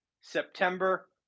september